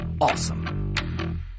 awesome